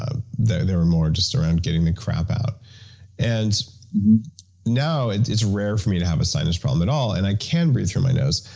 ah they were more just around getting the crap out and now it's rare for me to have a sinus problem at all, and i can breathe through my nose.